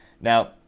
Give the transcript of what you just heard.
Now